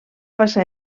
passar